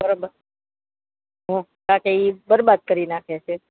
બરાબર શું કારણ કે એ બરબાદ કરી નાખે છે